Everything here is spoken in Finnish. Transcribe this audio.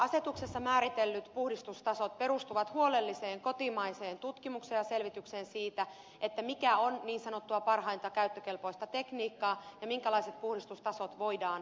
asetuksessa määritellyt puhdistustasot perustuvat huolelliseen kotimaiseen tutkimukseen ja selvitykseen siitä mikä on niin sanottua parhainta käyttökelpoista tekniikkaa ja minkälaiset puhdistustasot voidaan saavuttaa